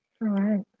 right